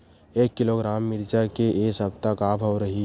एक किलोग्राम मिरचा के ए सप्ता का भाव रहि?